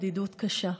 הבדידות קשה,